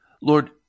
Lord